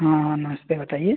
हाँ हाँ नमस्ते बताइए